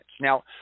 Now